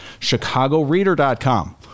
ChicagoReader.com